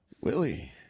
Willie